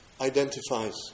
identifies